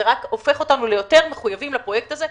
זה הופך אותנו ליותר מחויבים לפרויקט הזה,